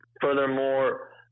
Furthermore